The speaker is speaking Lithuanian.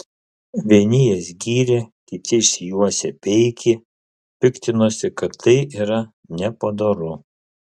vieni jas gyrė kiti išsijuosę peikė piktinosi kad tai yra nepadoru